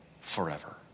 forever